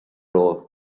romhaibh